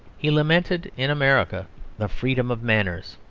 he lamented in america the freedom of manners.